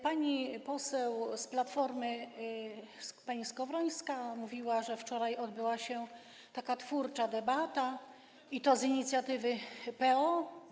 Pani poseł z Platformy, pani Skowrońska mówiła, że wczoraj odbyła się taka twórcza debata, i to z inicjatywy PO.